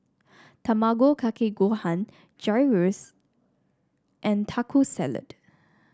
Tamago Kake Gohan Gyros and Taco Salad